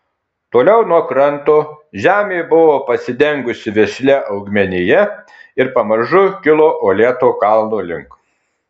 toliau nuo kranto žemė buvo pasidengusi vešlia augmenija ir pamažu kilo uolėto kalno link